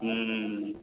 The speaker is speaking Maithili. हूँ